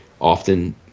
often